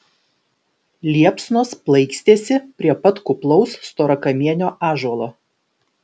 liepsnos plaikstėsi prie pat kuplaus storakamienio ąžuolo